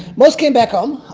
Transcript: most came back home.